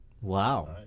Wow